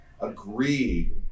agree